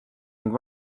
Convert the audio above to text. ning